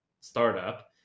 startup